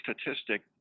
statistic